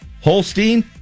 Holstein